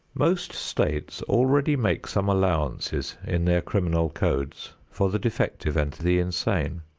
most states already make some allowances in their criminal codes for the defective and the insane.